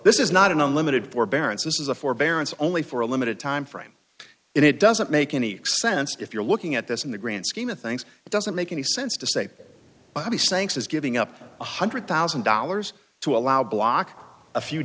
this is not an unlimited forbearance this is a forbearance only for a limited time frame it doesn't make any sense if you're looking at this in the grand scheme of things it doesn't make any sense to say well he sinks is giving up one hundred thousand dollars to allow block a few